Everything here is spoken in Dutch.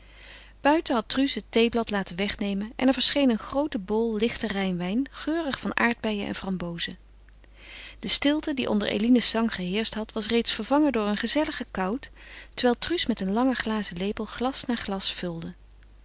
buiten had truus het theeblad laten wegnemen en er verscheen een groote bowl lichten rijnwijn geurig van aardbeien en frambozen de stilte die onder eline's zang geheerscht had was reeds vervangen door een gezelligen kout terwijl truus met een langen glazen lepel glas na glas vulde